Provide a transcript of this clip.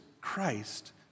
Christ